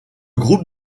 groupe